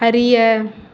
அறிய